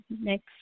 next